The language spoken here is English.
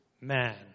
man